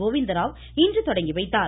கோவிந்தராவ் இன்று தொடங்கி வைத்தார்